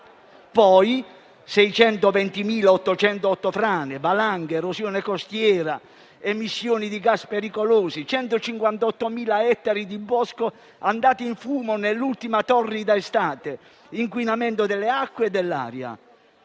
620.808 frane, valanghe, erosione costiera, emissioni di gas pericolosi, 158.000 ettari di bosco andati in fumo nell'ultima torrida estate, inquinamento delle acque e dell'aria.